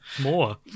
more